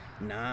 nah